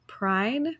Pride